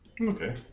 okay